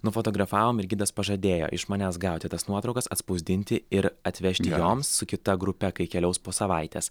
nufotografavome ir gidas pažadėjo iš manęs gauti tas nuotraukas atspausdinti ir atvežti joms su kita grupe kai keliaus po savaitės